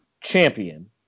champion